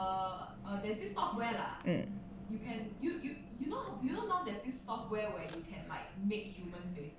um